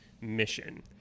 mission